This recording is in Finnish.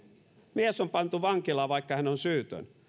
mies on pantu vankilaan vaikka hän on syytön